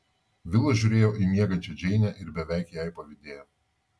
vilas žiūrėjo į miegančią džeinę ir beveik jai pavydėjo